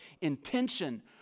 intention